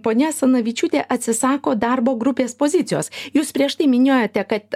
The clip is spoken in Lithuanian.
ponia asanavičiūtė atsisako darbo grupės pozicijos jūs prieš tai minėjote kad